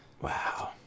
Wow